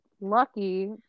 lucky